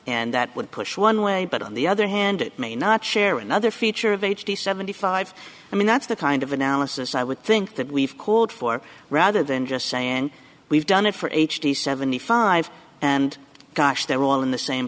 and that would push one way but on the other hand it may not share another feature seventy five i mean that's the kind of analysis i would think that we've called for rather than just saying we've done it for eighty seventy five and gosh they're all in the same